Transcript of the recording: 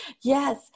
Yes